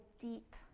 deep